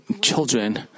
children